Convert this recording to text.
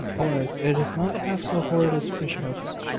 horrid! it is not half so horrid as fish-hooks.